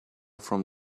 from